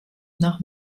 nach